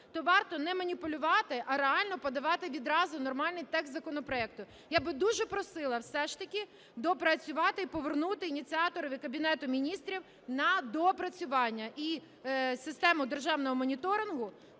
то варто не маніпулювати, а реально подавати відразу нормальний текст законопроекту. Я би дуже просила все ж таки доопрацювати і повернути ініціаторові - Кабінету Міністрів на доопрацювання. І систему державного моніторингу